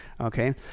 okay